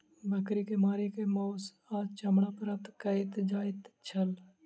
बकरी के मारि क मौस आ चमड़ा प्राप्त कयल जाइत छै